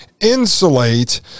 insulate